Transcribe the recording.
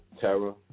Terra